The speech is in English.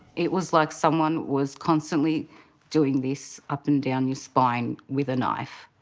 it was like someone was constantly doing this up and down your spine with a knife,